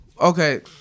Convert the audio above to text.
Okay